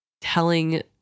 telling